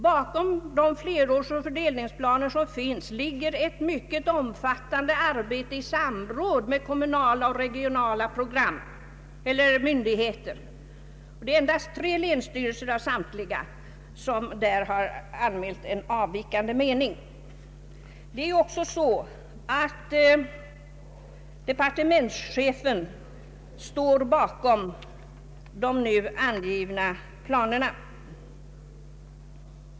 Bakom de flerårsoch fördelningsplaner som finns ligger ett mycket omfattande arbete i samråd med kommunala och regionala myndigheter. Endast tre länsstyrelser av samtliga har anmält en avvikande mening. Departementschefen står bakom de nu angivna planerna.